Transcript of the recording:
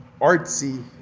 artsy